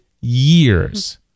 years